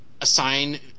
assign